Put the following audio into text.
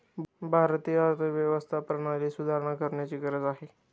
भारतीय अर्थव्यवस्था प्रणालीत सुधारणा करण्याची गरज आहे